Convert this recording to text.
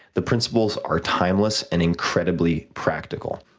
the principles are timeless and incredibly practical.